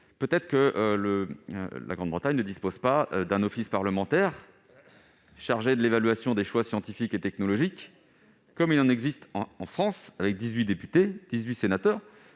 peut-être le Royaume-Uni ne dispose-t-il pas d'un office parlementaire chargé de l'évaluation des choix scientifiques et technologiques analogue à celui qui existe en France, avec 18 députés, 18 sénateurs,